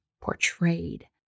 portrayed